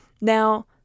now